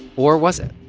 or was it?